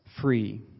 free